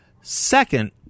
Second